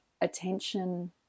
attention